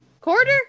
Quarter